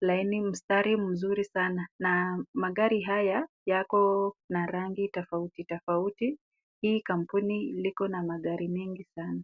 laini mstari mzuri sana na magari haya yako na rangi tofauti tofauti, hii kampuni liko na magari mingi sana.